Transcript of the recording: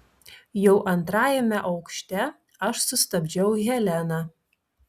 jau antrajame aukšte aš sustabdžiau heleną